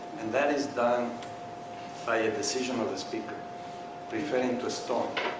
and that is done by a decision of the speaker referring to stone,